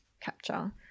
capture